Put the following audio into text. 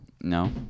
no